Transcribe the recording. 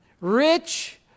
Rich